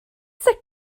sicr